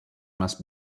must